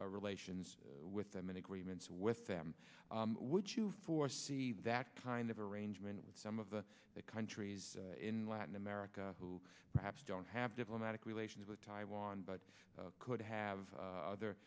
relations with them and agreements with them would you foresee that kind of arrangement with some of the countries in latin america who perhaps don't have diplomatic relations with taiwan but could have other